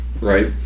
right